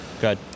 good